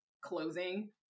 closing